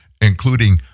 including